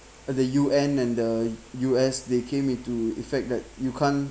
the U_N and the U_S they came into effect that you can't